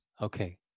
Okay